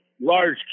large